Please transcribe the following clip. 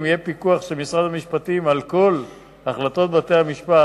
אם יהיה פיקוח של משרד המשפטים על כל החלטות בתי-המשפט,